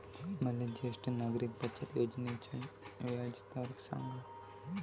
मले ज्येष्ठ नागरिक बचत योजनेचा व्याजदर सांगा